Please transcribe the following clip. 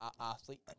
athlete